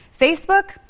Facebook